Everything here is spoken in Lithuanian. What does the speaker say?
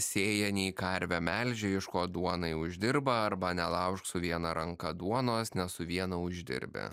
sėja nei karvę melžia iš ko duonai uždirba arba nelaužk su viena ranka duonos nes su viena uždirbi